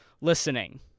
listening